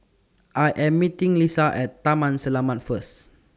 I Am meeting Lisha At Taman Selamat First